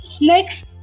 next